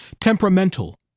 temperamental